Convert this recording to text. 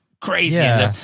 crazy